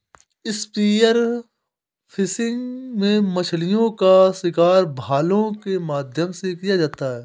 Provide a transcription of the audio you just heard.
spear fishing में मछलीओं का शिकार भाले के माध्यम से किया जाता है